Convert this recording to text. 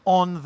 on